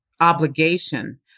obligation